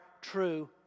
true